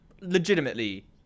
legitimately